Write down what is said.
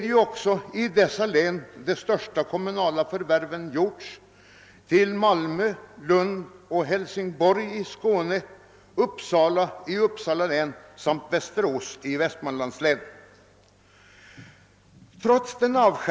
Det är också i dessa län som de största kommunala markförvärven gjorts, i Skåne av städerna Malmö, Lund och Hälsingborg, i Uppsala län av Uppsala stad samt i Västmanlands län av Västerås stad.